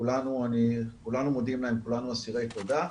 כולנו מודים להם, כולנו אסירי תודה.